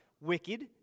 wicked